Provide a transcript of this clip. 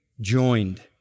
joined